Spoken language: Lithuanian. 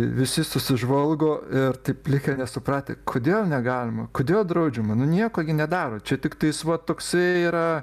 visi susižvalgo ir taip likę nesupratę kodėl negalima kodėl draudžiama nu nu nieko gi nedaro čia tiktai va toksai yra